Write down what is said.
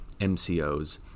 MCOs